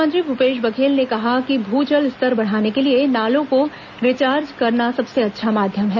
मुख्यमंत्री भूपेश बघेल ने कहा कि भू जल स्तर बढ़ाने के लिए नालों को रिजार्च करना सबसे अच्छा माध्यम है